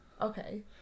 Okay